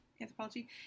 anthropology